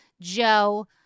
joe